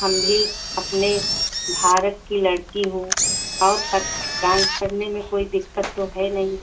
हम भी अपने भारत की लड़की हों और कथक डान्स करने में कोई दिक्कत तो है नहीं